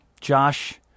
Josh